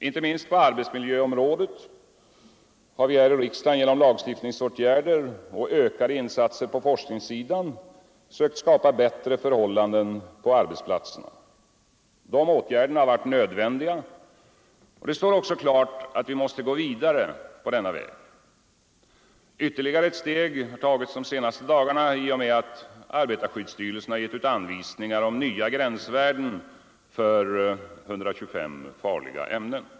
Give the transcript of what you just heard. Inte minst på arbetsmiljöområdet har vi här i riksdagen genom lagstiftningsåtgärder och ökade insatser på forskningssidan sökt skapa bättre förhållanden på arbetsplatserna. Dessa åtgärder har varit nödvändiga, och det står också klart att vi måste gå vidare på denna väg. Ytterligare ett steg har tagits de senaste dagarna i och med att arbetarskyddsstyrelsen gett ut anvisningar om nya gränsvärden för 125 farliga ämnen.